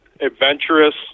adventurous